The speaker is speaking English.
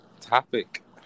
topic